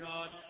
God